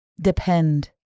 depend